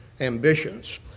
ambitions